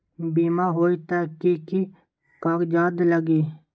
बिमा होई त कि की कागज़ात लगी?